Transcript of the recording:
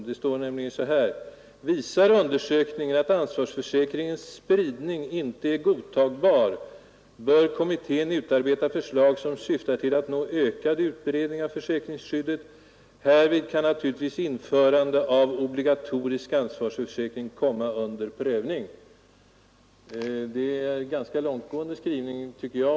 Där står det nämligen så här: ”Visar undersökningen att ansvarsförsäkringens spridning inte är godtagbar bör kommittén utarbeta förslag som syftar till att nå ökad utbredning av försäkringsskyddet. Härvid kan naturligtvis införande av obligatorisk ansvarsförsäkring komma under prövning.” Det tycker jag är en ganska långtgående skrivning.